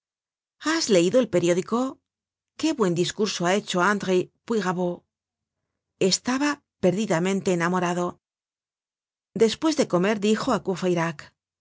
has leido el periódico qué buen discurso ha hecho andry de puyrabeau estaba perdidamente enamorado despues de comer dijo á